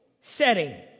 setting